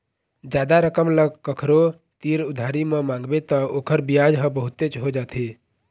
जादा रकम ल कखरो तीर उधारी म मांगबे त ओखर बियाज ह बहुतेच हो जाथे